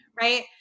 Right